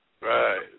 Right